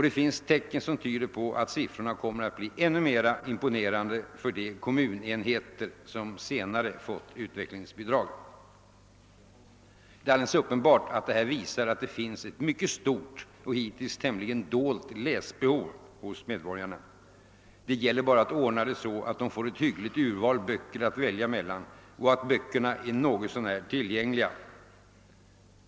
Det finns tecken som tyder på att siffrorna kommer att bli ännu mer imponerande för de kommunenheter som senare fått utvecklingsbidrag. Det är alldeles uppenbart — det visar denna utveckling — att det finns ett mycket stort och hittills tämligen dolt läsbehov hos medborgarna. Det gäller bara att ordna det så att de får ett hyggligt urval böcker att välja mellan och att böckerna är något så när tillgängliga.